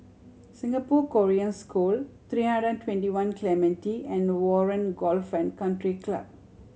Singapore Korean School Three Hundred And Twenty One Clementi and Warren Golf and Country Club